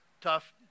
tough